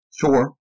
Sure